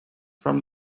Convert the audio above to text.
from